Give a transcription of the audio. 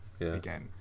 again